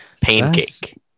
Pancake